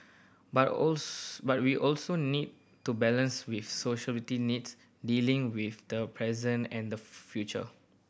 but but we also need to balance with social needs dealing with the present and the future